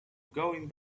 going